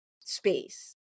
space